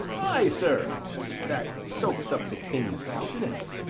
ay, sir that soaks up the king's countenance,